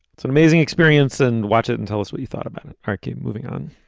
it's an amazing experience. and watch it and tell us what you thought about hakeem moving on.